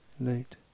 late